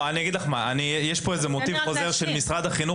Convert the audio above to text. יש כאן איזה מוטיב חוזר של משרד החינוך